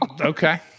Okay